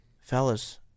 Fellas